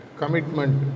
commitment